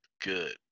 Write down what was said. good